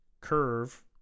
curve